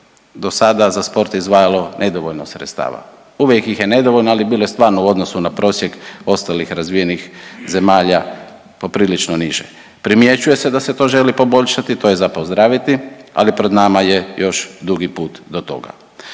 do sada za sport izdvajalo nedovoljno sredstava, uvijek ih je nedovoljno, ali bilo je stvarno u odnosu na prosjek ostalih razvijenih zemalja poprilično niže. Primjećuje se da se to želi poboljšati to je za pozdraviti, ali pred nama je još dugi put do toga.